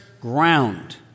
ground